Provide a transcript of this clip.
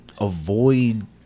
avoid